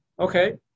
Okay